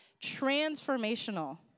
transformational